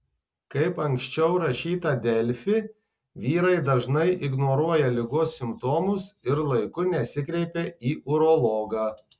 kaip anksčiau rašyta delfi vyrai dažnai ignoruoja ligos simptomus ir laiku nesikreipia į urologą